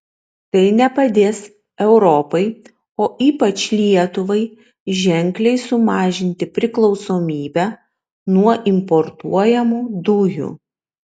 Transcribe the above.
tai nepadės europai o ypač lietuvai ženkliai sumažinti priklausomybę nuo importuojamų dujų